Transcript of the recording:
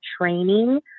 training